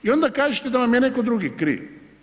I onda kažete da vam je netko drugi kriv.